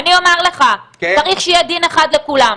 אני אומר לך, צריך שיהיה דין אחד לכולם.